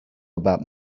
about